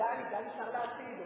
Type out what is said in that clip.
דני שר לעתיד.